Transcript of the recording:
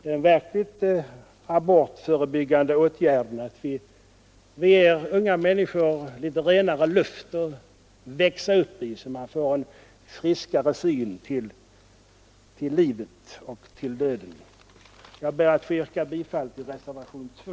Den verkligt abortförebyggande åtgärden vore egentligen att ge unga människor renare andlig atmosfär att växa upp i, så finge de också en friskare syn på livet och på döden. Jag ber att få yrka bifall till reservationen 2.